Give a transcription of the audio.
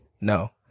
No